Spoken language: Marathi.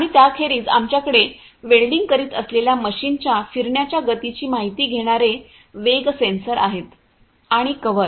आणि त्याखेरीज आमच्याकडे वेल्डिंग करीत असलेल्या मशीनच्या फिरण्याच्या गतीची माहिती घेणारे वेग सेन्सर आहेत आणि कव्हर